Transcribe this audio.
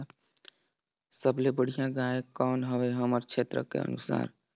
सबले बढ़िया गाय कौन हवे हमर क्षेत्र के अनुसार?